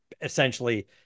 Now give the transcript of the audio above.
essentially